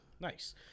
Nice